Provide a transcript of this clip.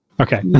Okay